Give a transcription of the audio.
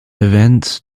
events